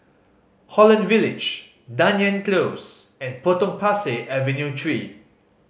Holland Village Dunearn Close and Potong Pasir Avenue Three